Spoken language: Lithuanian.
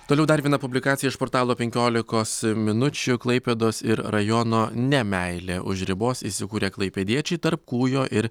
toliau dar viena publikacija iš portalo penkiolikos minučių klaipėdos ir rajono ne meilė už ribos įsikūrę klaipėdiečiai tarp kūjo ir